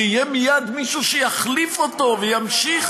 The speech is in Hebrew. שיהיה מייד מישהו שיחליף אותו וימשיך